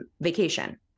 vacation